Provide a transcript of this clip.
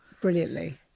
brilliantly